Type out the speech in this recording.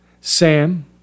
Sam